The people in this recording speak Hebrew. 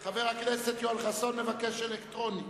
חבר הכנסת יואל חסון מבקש הצבעה אלקטרונית.